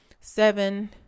seven